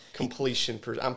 Completion